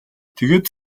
тэгээд